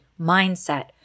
mindset